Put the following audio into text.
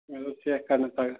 مےٚ دوٚپ سٮ۪کھ کڈنَس لَگَکھ